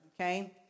okay